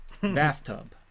bathtub